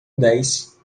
dez